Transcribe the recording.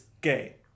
gay